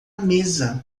mesa